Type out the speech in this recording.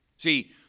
See